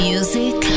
Music